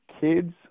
kids